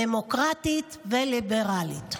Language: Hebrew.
דמוקרטית וליברלית.